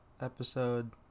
Episode